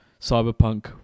Cyberpunk